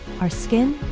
our skin,